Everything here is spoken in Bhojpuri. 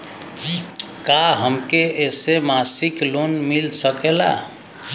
का हमके ऐसे मासिक लोन मिल सकेला?